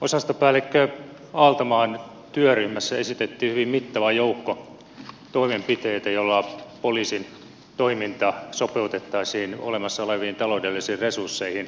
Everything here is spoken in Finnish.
osastopäällikkö aaltomaan työryhmässä esitettiin hyvin mittava joukko toimenpiteitä joilla poliisin toiminta sopeutettaisiin olemassa oleviin taloudellisiin resursseihin